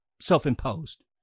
self-imposed